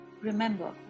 Remember